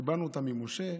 קיבלנו אותם ממשה,